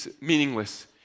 meaningless